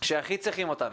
שהכי צריכים אותנו,